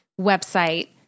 website